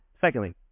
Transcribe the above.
secondly